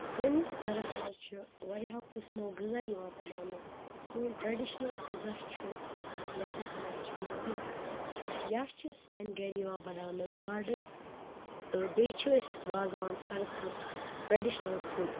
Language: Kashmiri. سٲنِس گَرَس منٛز چھِ واریاہو قٕسمو غذا یِوان بَناونہٕ سون ٹرٛٮ۪ڈِشنَل غذا چھُ یَتھ أسۍ وَنان چھِ نَدٕرۍ یا چھِس سانہِ گَرِ یِوان بَناونہٕ گاڈٕ تہٕ بیٚیہِ چھِ أسۍ وازٕوان ساروٕے کھۄت ٹرٛٮ۪ڈِشنَل فُڈ